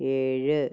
ഏഴ്